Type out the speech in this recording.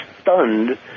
stunned